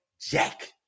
jack